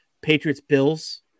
Patriots-Bills